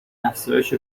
افزایش